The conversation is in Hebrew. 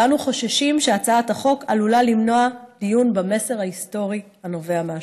ואנו חוששים שהצעת החוק עלולה למנוע דיון במסר ההיסטורי הנובע מהשואה.